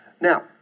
Now